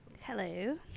Hello